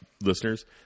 listeners